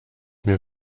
mir